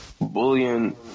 bullying